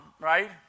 right